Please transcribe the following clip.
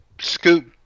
scoop –